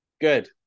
Good